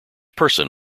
person